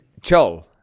Chol